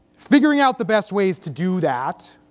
figuring out the best ways to do that